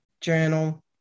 journal